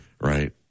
Right